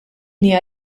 hija